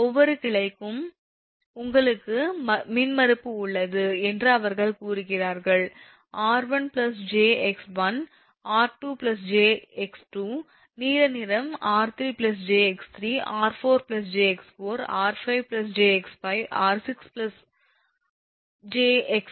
ஒவ்வொரு கிளைக்கும் உங்களுக்கு மின்மறுப்பு உள்ளது என்று அவர்கள் கூறுகிறார்கள் 𝑟1𝑗𝑥1 𝑟2𝑗𝑥2 நீல நிறம் 𝑟3𝑗𝑥3 𝑟4𝑗𝑥4 𝑟5𝑗𝑥5 𝑟6𝑗𝑥6 𝑟7𝑗𝑥7